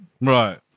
Right